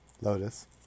Lotus